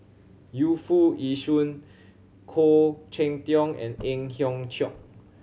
Yu Foo Yee Shoon Khoo Cheng Tiong and Ang Hiong Chiok